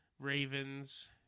Ravens